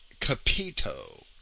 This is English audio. Capito